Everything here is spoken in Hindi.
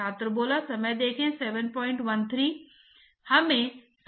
तो आप उम्मीद करेंगे कि प्रोफ़ाइल कुछ इस तरह दिखेगी जहाँ अब ग्रेडिएंट कम हो गया है